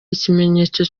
ikimenyetso